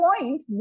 point